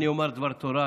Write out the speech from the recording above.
ואני אומר דבר תורה,